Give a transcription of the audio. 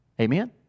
Amen